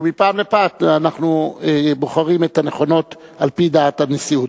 ומפעם לפעם אנחנו בוחרים את הנכונות על-פי דעת הנשיאות.